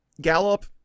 Gallup